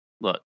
look